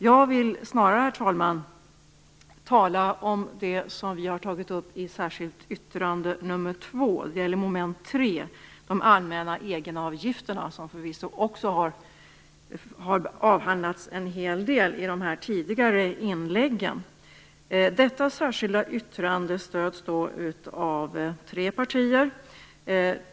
Jag vill snarare, herr talman, tala om det som vi har tagit upp i det särskilda yttrandet nr 2. Det gäller mom. 3, de allmänna egenavgifterna, som förvisso också har avhandlats en hel del i de tidigare inläggen. Detta särskilda yttrande stöds av tre partier.